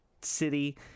city